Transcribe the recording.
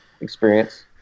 experience